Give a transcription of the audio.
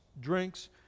drinks